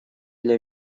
для